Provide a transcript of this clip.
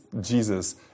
Jesus